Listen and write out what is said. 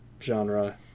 genre